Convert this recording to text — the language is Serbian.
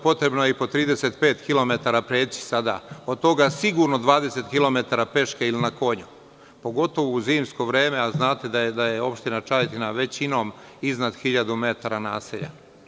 Potrebno je i po 35 kilometara preći sada, od toga sigurno 20 kilometara peške ili na konju, pogotovo u zimsko vreme, a znate da je Opština Čajetina većinom iznad hiljadu metara naselja.